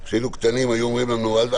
במקרה הטוב חצי